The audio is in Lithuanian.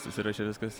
susiruoši viskas